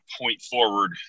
point-forward